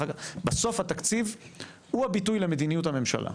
בסוף התקציב הוא הביטוי למדיניות הממשלה,